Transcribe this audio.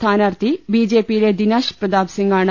സ്ഥാനാർത്ഥി ബിജെപിയിലെ ദിനേശ് പ്രതാപ്സിംഗാണ്